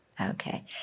Okay